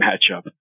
matchup